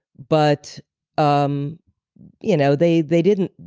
but um you know, they they didn't.